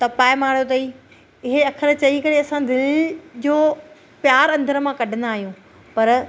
तपाए मारियो अथई इहे अख़र चई करे असां दिलि जो प्यार अंदर मां कढंदा आहियूं पर